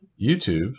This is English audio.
YouTube